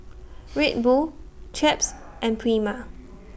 Red Bull Chaps and Prima